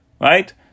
Right